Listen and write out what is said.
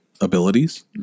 abilities